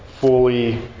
fully